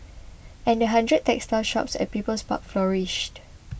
and the hundred textile shops at People's Park flourished